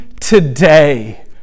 today